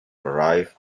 arrive